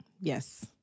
Yes